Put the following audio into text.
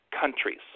countries